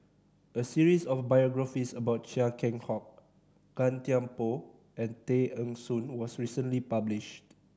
a series of biographies about Chia Keng Hock Gan Thiam Poh and Tay Eng Soon was recently published